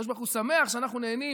הקדוש ברוך הוא שמח שאנחנו נהנים